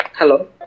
Hello